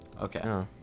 Okay